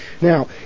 Now